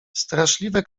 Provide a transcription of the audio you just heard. straszliwe